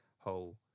Whole